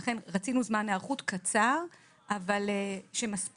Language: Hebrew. ולכן רצינו זמן היערכות קצר אבל שמספיק,